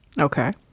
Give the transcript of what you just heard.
Okay